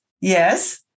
Yes